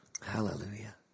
Hallelujah